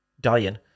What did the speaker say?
dying